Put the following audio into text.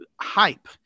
hype